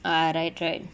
ah right right